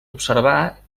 observar